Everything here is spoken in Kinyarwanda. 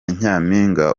nyampinga